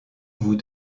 vous